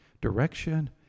direction